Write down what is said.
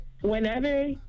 whenever